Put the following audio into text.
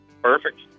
Perfect